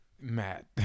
Matt